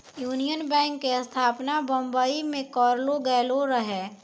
union Bank के स्थापना बंबई मे करलो गेलो रहै